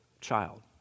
child